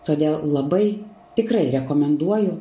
todėl labai tikrai rekomenduoju